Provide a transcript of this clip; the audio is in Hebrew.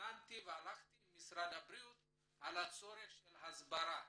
שכנעתי והלכתי עם משרד הבריאות על הצורך של ההסברה.